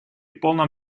полном